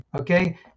Okay